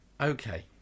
Okay